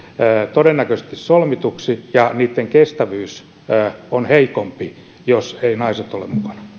todennäköisesti solmituksi ja niitten kestävyys on heikompi jos eivät naiset ole